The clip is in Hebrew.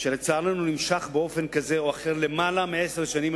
שלצערנו נמשך באופן כזה או אחר למעלה מעשר שנים,